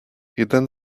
jeden